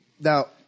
Now